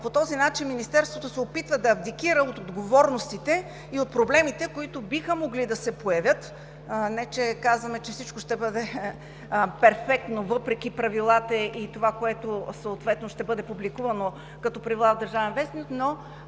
по този начин Министерството се опитва да абдикира от отговорностите и от проблемите, които биха могли да се появят. Не че казваме, че всичко ще бъде перфектно, въпреки правилата и това, което ще бъде публикувано като правила в „Държавен вестник“, но